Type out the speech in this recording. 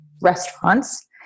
restaurants